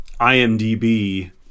IMDb